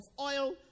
oil